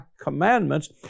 commandments